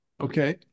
Okay